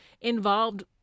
involved